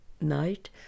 night